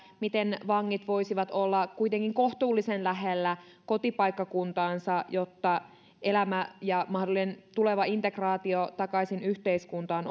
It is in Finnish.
miten vangit voisivat olla kuitenkin kohtuullisen lähellä kotipaikkakuntaansa jotta elämä ja mahdollinen tuleva integraatio takaisin yhteiskuntaan